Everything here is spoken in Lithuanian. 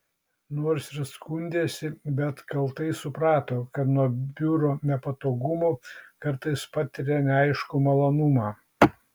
nors ir skundėsi bet kaltai suprato kad nuo biuro nepatogumų kartais patiria neaiškų malonumą